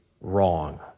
wrong